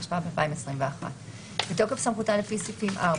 התשפ"ב-2021 בתוקף סמכותה לפי סעיפים 4,